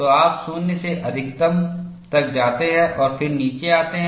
तो आप 0 से अधिकतम तक जाते हैं और फिर नीचे आते हैं